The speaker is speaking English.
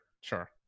sure